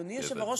אדוני היושב-ראש,